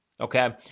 Okay